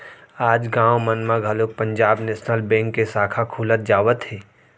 आज गाँव मन म घलोक पंजाब नेसनल बेंक के साखा खुलत जावत हे